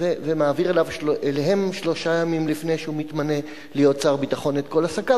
ומעביר אליהן שלושה ימים לפני שהוא מתמנה להיות שר ביטחון את כל עסקיו.